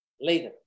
later